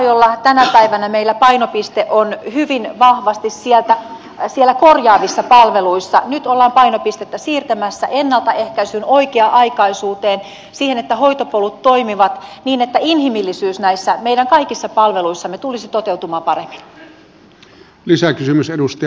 kun tänä päivänä meillä painopiste on hyvin vahvasti siellä korjaavissa palveluissa nyt ollaan painopistettä siirtämässä ennaltaehkäisyyn oikea aikaisuuteen siihen että hoitopolut toimivat niin että inhimillisyys näissä meidän kaikissa palveluissamme tulisi toteutumaan paremmin